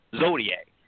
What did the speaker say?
zodiac